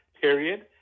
period